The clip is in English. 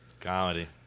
Comedy